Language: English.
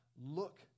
look